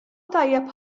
tajjeb